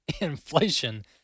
inflation